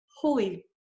holy